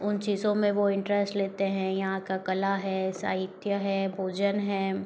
उन चीज़ों में वो इंटरेस्ट लेते हैं यहाँ का कला है साहित्य है भोजन है